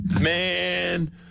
Man